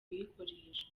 kuyikoresha